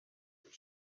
were